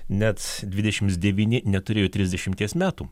net dvidešims devyni neturėjo trisdešimties metų